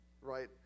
Right